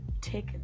take